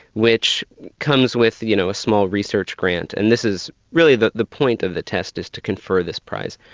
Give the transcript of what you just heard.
which comes with you know a small research grant. and this is really the the point of the test is to confer this prize.